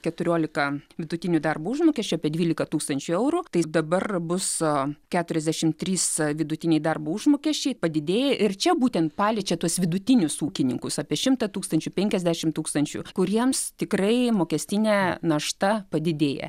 keturiolika vidutinių darbo užmokesčio apie dvylika tūkstančių eurų tai dabar bus keturiasdešimt trys vidutiniai darbo užmokesčiai padidėja ir čia būtent paliečia tuos vidutinius ūkininkus apie šimtą tūkstančių penkiasdešimt tūkstančių kuriems tikrai mokestinė našta padidėja